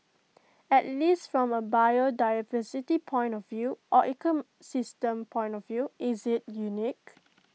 at least from A biodiversity point of view or ecosystem point of view is IT unique